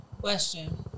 Question